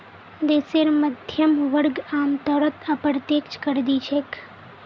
देशेर मध्यम वर्ग आमतौरत अप्रत्यक्ष कर दि छेक